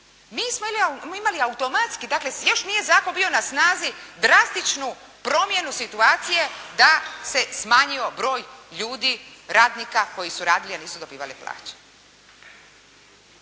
mi smo imali automatski, dakle još nije zakon bio na snazi drastičnu promjenu situacije da se smanjio broj ljudi, radnika koji su radili, a nisu dobivali plaće.